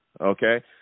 okay